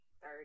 third